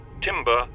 Timber